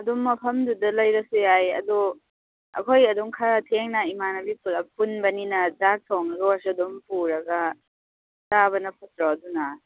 ꯑꯗꯨꯝ ꯃꯐꯝꯗꯨꯗ ꯂꯩꯔꯁꯨ ꯌꯥꯏ ꯑꯗꯣ ꯑꯩꯈꯣꯏ ꯑꯗꯨꯝ ꯈꯔ ꯊꯦꯡꯅ ꯏꯃꯥꯟꯅꯕꯤ ꯄꯨꯂꯞ ꯄꯨꯟꯕꯅꯤꯅ ꯆꯥꯛ ꯊꯣꯡꯉꯒ ꯑꯣꯏꯔꯁꯨ ꯑꯗꯨꯝ ꯄꯨꯔꯒ ꯆꯥꯕꯅ ꯐꯠꯇ꯭ꯔꯣ ꯑꯗꯨꯅ